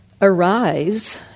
arise